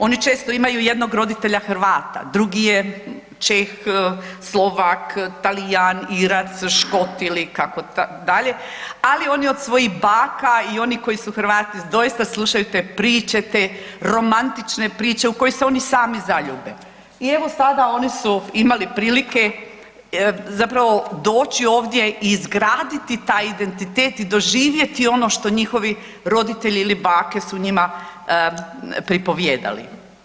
Oni često imaju jednog roditelja Hrvata, drugi je Čeh, Slovak, Talijan, Irac, Škot ili kako dalje, ali oni od svojih baka i oni koji su Hrvati, doista slušaju te priče, te romantične priče u koje se oni sami zaljube i evo sada oni su imali prilike zapravo doći ovdje i izgraditi taj identitet i doživjeti ono što njihovi roditelji ili bake su njima pripovijedali.